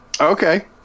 Okay